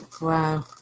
wow